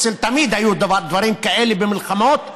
תמיד היו דברים כאלו במלחמות,